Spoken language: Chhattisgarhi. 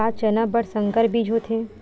का चना बर संकर बीज होथे?